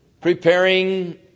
Preparing